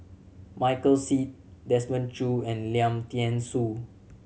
Michael Seet Desmond Choo and Lim Thean Soo